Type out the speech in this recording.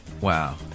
Wow